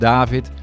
David